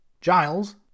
Giles